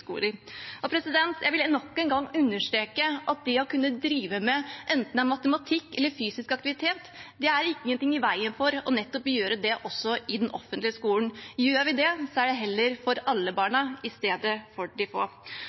Jeg vil nok en gang understreke at det er ingenting i veien for å kunne drive med matematikk eller fysisk aktivitet også i den offentlige skolen. Gjør vi det, er det for alle barna, i stedet for